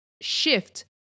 shift